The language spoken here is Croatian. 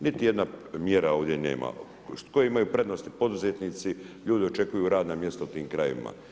Niti jedna mjera ovdje nema. koji imaju prednosti, poduzetnici, ljudi očekuju radna mjesta u tim krajevima.